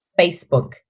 Facebook